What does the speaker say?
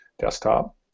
desktop